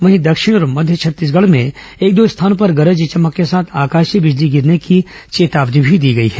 वहीं दक्षिण और मध्य छत्तीसगढ में एक दो स्थानों पर गरज चमक के साथ आकाशीय बिजली गिरने की चेतावनी भी दी गई है